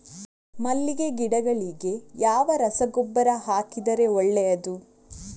ಮಲ್ಲಿಗೆ ಗಿಡಗಳಿಗೆ ಯಾವ ರಸಗೊಬ್ಬರ ಹಾಕಿದರೆ ಒಳ್ಳೆಯದು?